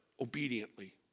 Obediently